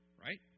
Right